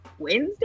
Wednesday